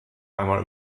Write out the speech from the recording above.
einmal